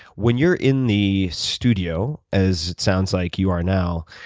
when you're in the studio, as it sounds like you are now,